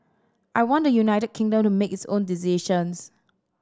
I want the United Kingdom to make its own decisions